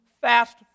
fast